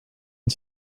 and